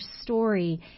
story